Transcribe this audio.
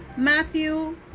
Matthew